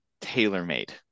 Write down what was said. tailor-made